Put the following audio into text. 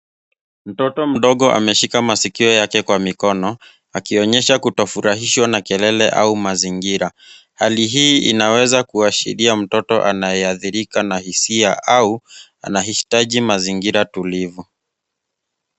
Mtoto mdogo ameshika masikio yake kwa mikono, akionyesha kutofurahishwa na kelele au mazingira. Hali hii inaweza kuashiria mtoto anayeathirika na hisia au anahitaji mazingira tulivu.